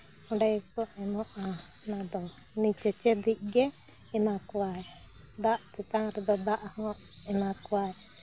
ᱚᱸᱰᱮ ᱜᱮᱠᱚ ᱥᱮᱱᱚᱜᱼᱟ ᱚᱱᱟᱫᱚ ᱩᱱᱤ ᱪᱮᱪᱮᱫ ᱤᱡ ᱜᱮ ᱮᱢᱟ ᱠᱚᱣᱟᱭ ᱫᱟᱜ ᱛᱮᱛᱟᱝ ᱨᱮᱫᱚ ᱫᱟᱜ ᱦᱚᱸ ᱮᱢᱟ ᱠᱚᱣᱟᱭ